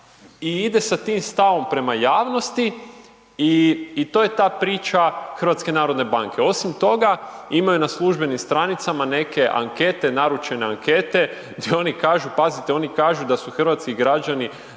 i ide sa tim stavom prema javnosti i to je ta priča HNB-a. Osim toga, imaju na službenim stranicama neke ankete, naručene ankete gdje oni kažu, pazite, oni kažu da su građani